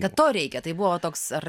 kad to reikia tai buvo toks ar